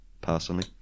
personally